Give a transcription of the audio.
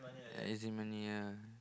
as in when you're